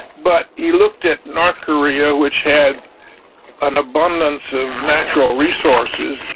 but he looked at north korea which had an abundance of natural resources,